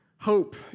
Hope